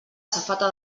safata